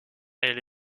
elle